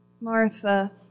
Martha